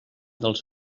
dels